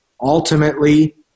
ultimately